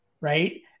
right